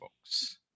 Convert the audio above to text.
folks